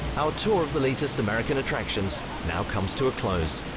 our tour of the latest american attractions now comes to a close.